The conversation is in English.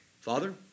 Father